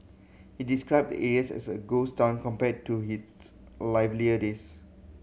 he described the area as a ghost town compared to his livelier days